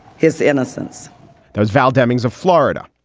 his innocence those val demings of florida.